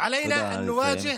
עלינו לעזוב